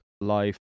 Life